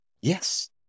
Yes